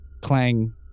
clang